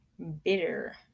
Bitter